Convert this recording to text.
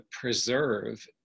preserve